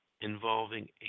involving